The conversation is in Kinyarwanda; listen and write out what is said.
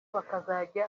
bakazajya